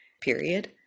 period